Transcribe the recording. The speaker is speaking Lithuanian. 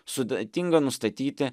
sudėtinga nustatyti